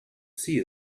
sea